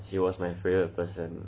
she was my favourite person